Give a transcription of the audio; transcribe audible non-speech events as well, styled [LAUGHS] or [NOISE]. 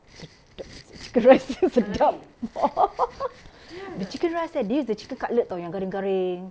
sedap seh chicken rice dia sedap [LAUGHS] the chicken rice there they use the chicken cutlet tahu yang garing-garing